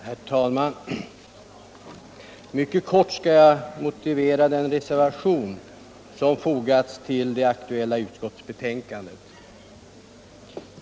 Herr talman! Mycket kort skall jag motivera den reservation som fogats till det aktuella utskottsbetänkandet.